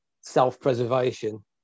self-preservation